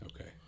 Okay